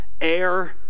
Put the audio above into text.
air